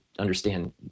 understand